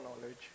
knowledge